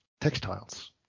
textiles